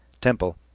Temple